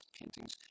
paintings